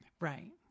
Right